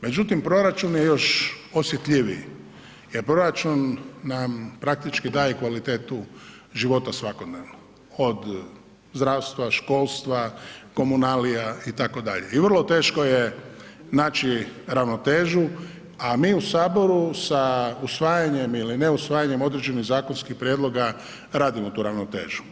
Međutim, proračun je još osjetljiviji jer proračun nam praktički daje kvalitetu života svakodnevno, od zdravstva, školstva, komunalija itd. i vrlo teško je naći ravnotežu, a mi u saboru sa usvajanjem ili ne usvajanjem određenih zakonskih prijedloga radimo tu ravnotežu.